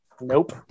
Nope